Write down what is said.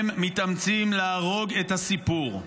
הם מתאמצים להרוג את הסיפור,